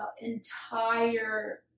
entire